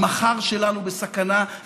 המחר שלנו בסכנה.